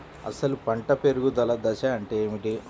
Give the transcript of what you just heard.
అసలు పంట పెరుగుదల దశ అంటే ఏమిటి?